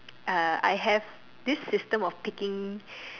uh I have this system of picking